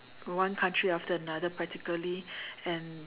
one country after another practically and